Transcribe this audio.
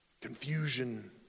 confusion